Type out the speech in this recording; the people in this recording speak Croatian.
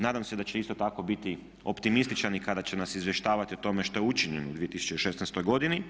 Nadam se da će isto tako biti optimističan i kada će nas izvještavati o tome što je učinjeno u 2016. godini.